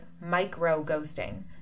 micro-ghosting